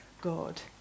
God